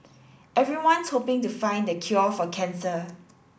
everyone's hoping to find the cure for cancer